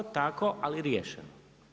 Tako ali riješeno.